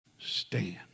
stand